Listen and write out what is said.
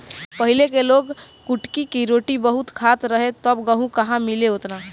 पहिले के लोग कुटकी के रोटी बहुते खात रहे तब गेहूं कहां मिले ओतना